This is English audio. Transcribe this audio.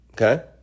Okay